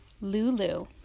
Lulu